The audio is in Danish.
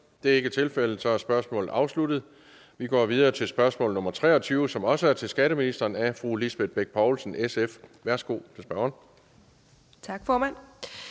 Det er ikke tilfældet, og så er spørgsmålet afsluttet. Vi går videre til spørgsmål nr. 23, som også er til skatteministeren af fru Lisbeth Bech Poulsen, SF. Kl. 17:31 Spm. nr.